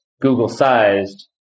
Google-sized